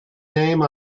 name